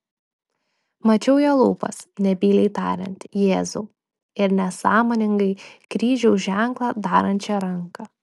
mačiau jo lūpas nebyliai tariant jėzau ir nesąmoningai kryžiaus ženklą darančią ranką